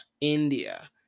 India